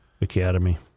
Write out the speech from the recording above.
Academy